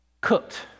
cooked